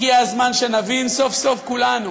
הגיע הזמן שנבין סוף-סוף, כולנו,